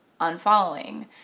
unfollowing